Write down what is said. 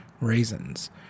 raisins